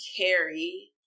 carry